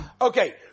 Okay